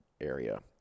area